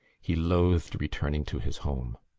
he loathed returning to his home.